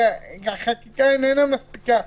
כי החקיקה אינה מספיקה,